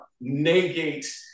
negate